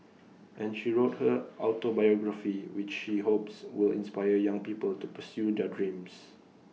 and she wrote her autobiography which she hopes will inspire young people to pursue their dreams